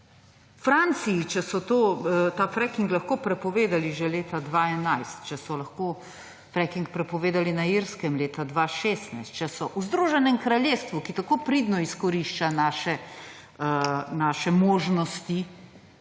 v Franciji, če so ta fracking lahko prepovedali že leta 2011, če so lahko fracking prepovedali na Irskem leta 2016, če so v Združenem kraljestvu, ki tako pridno izkorišča naše možnosti